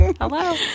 hello